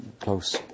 close